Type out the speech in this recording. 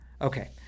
Okay